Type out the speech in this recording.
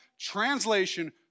translation